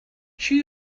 sure